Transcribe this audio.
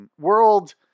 World